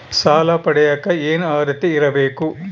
ಸಾಲ ಪಡಿಯಕ ಏನು ಅರ್ಹತೆ ಇರಬೇಕು?